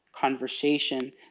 conversation